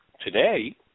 today